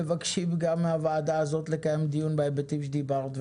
אנחנו מבקשים גם מהוועדה הזאת לקיים דיון בהיבטים שדיברת עליהם,